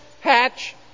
hatch